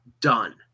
done